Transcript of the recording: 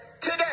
today